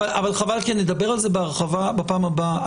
אבל חבל, כי נדבר על זה בהרחבה בפעם הבאה.